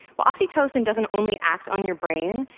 well, oxytocin doesn't only act on your brain.